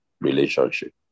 relationship